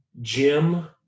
Jim